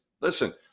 listen